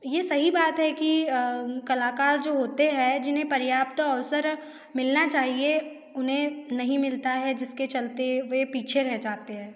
ये सही बात है कि कलाकार जो होते हैं जिन्हें पर्याप्त अवसर मिलना चाहिए उन्हें नहीं मिलता है जिसके चलते वे पीछे रह जाते हैं